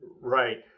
Right